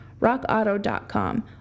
RockAuto.com